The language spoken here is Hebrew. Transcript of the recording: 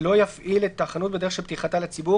לא יפעיל את החנות בדרך של פתיחתה לציבור,